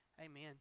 amen